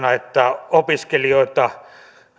että opiskelijoilta